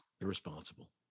irresponsible